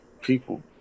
people